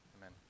amen